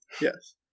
Yes